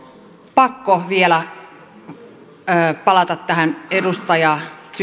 pakko vielä palata tähän edustaja